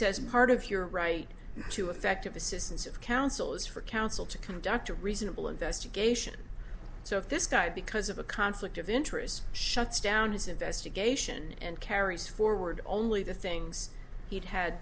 says part of your right to effective assistance of counsel is for counsel to conduct a reasonable investigation so this guy because of a conflict of interest shuts down his investigation and carries forward only the things he'd had